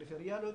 פריפריאליות,